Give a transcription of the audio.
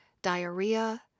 diarrhea